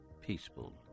peaceful